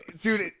Dude